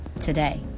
today